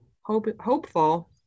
hopeful